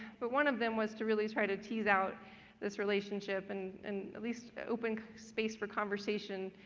but one of them was to really try to tease out this relationship and and at least open space for conversation.